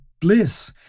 bliss